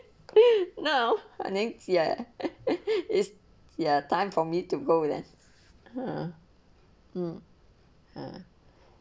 now i ning ya is ya time for me to go there ah mm hmm